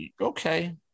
okay